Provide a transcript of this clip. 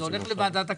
זה הולך לוועדת הכלכלה.